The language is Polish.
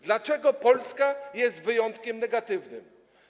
Dlaczego Polska jest wyjątkiem negatywnym?